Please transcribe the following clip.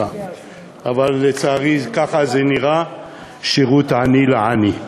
אבל לצערי ככה זה נראה: "שירות עני לעני"